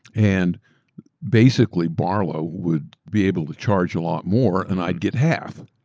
and basically barlow would be able to charge a lot more and i'd get half.